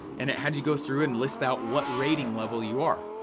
and it had you go through and list that what rating level you are.